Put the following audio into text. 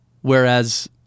Whereas